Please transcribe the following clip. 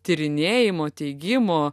tyrinėjimo teigimo